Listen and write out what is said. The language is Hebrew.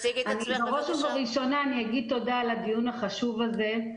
בראש ובראשונה אני אגיד תודה על הדיון החשוב הזה.